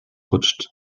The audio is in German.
rutscht